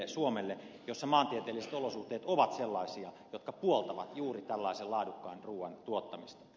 suomelle jossa maantieteelliset olosuhteet ovat sellaisia jotka puoltavat juuri tällaisen laadukkaan ruuan tuottamista